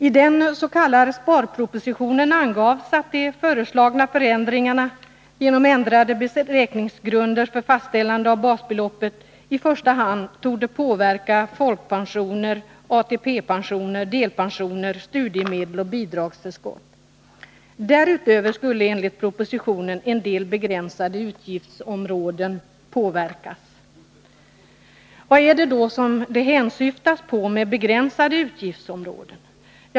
I den s.k. sparpropositionen angavs att de föreslagna förändringarna — genom ändrade beräkningsgrunder för fastställande av basbeloppet —i första hand torde påverka folkpensioner, ATP-pensioner, delpensioner, studiemedel och bidragsförskott. Därutöver skulle enligt propositionen en del begränsade utgiftsområden påverkas. Vad är det då man hänsyftar på med uttrycket begränsade utgiftsområden?